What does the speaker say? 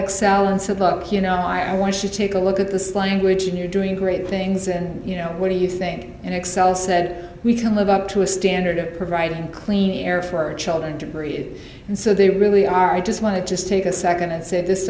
excel and said look you know i want to take a look at the slanguage and you're doing great things and you know what do you think and excel said we can live up to a standard of providing clean air for our children to read and so they really are i just want to just take a second and say this